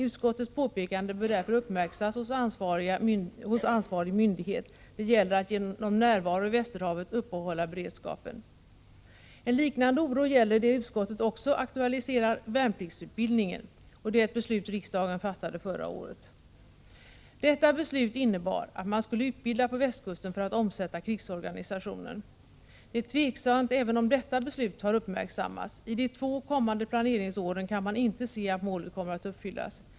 Utskottets påpekande bör därför uppmärksammas hos ansvarig myndighet. Det gäller att genom närvaro i Västerhavet uppehålla beredskapen. En liknande oro gäller en annan sak som utskottet aktualiserar, värnpliktsutbildningen och det beslut riksdagen fattade förra året. Detta beslut innebar att man skulle utbilda på västkusten för att omsätta krigsorganisationen. Det är tvivelaktigt om det beslutet har uppmärksammats. Man kan inte se att målet kommer att uppnås under de kommande två planeringsåren.